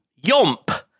Yomp